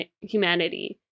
humanity